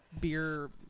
beer